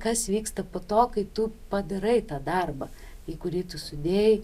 kas vyksta po to kai tu padarai tą darbą į kurį tu sudėjai